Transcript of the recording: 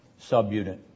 subunit